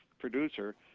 producer